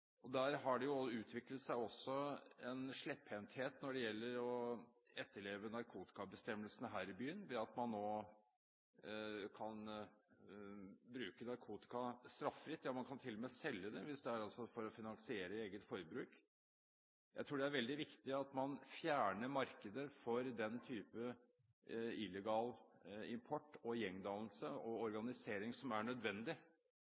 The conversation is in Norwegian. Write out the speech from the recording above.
utviklet seg en slepphendthet når det gjelder å etterleve narkotikabestemmelsene her i byen. Man kan nå bruke narkotika straffritt. Man kan til og med selge det hvis det er for å finansiere eget forbruk. Jeg tror det er veldig viktig at man fjerner markedet for illegal import, gjengdannelse og organisering, som er helt nødvendig